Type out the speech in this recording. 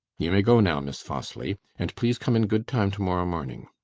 you may go now, miss fosli. and please come in good time to-morrow morning.